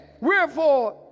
Wherefore